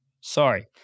Sorry